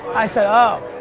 i said, oh,